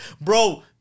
bro